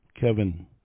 Kevin